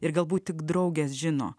ir galbūt tik draugės žino